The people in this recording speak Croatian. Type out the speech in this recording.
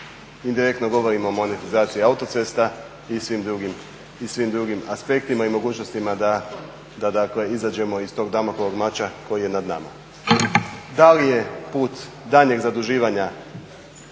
direktno govorimo o monetizaciji autocesta i svim drugim aspektima i mogućnostima da dakle izađemo iz tog Damoklovog mača koji je nad nama. Da li je put daljnjeg zaduživanja